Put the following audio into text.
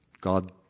God